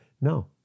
No